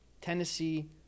Tennessee